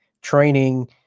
training